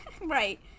Right